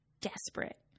desperate